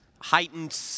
heightened